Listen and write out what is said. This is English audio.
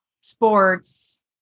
sports